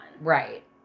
Right